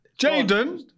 Jaden